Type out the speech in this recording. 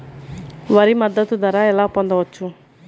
వరి మద్దతు ధర ఎలా పొందవచ్చు?